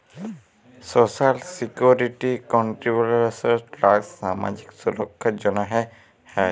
social security contributions tax সামাজিক সুরক্ষার জ্যনহে হ্যয়